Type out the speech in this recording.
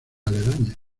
aledañas